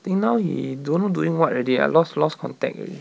think now he don't know doing what already lost lost contact already